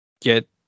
get